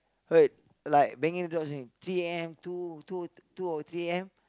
heard like banging the doors in three A_M two two two or three A_M